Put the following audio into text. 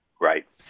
Right